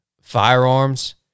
firearms